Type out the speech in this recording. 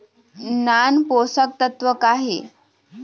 नान पोषकतत्व का हे?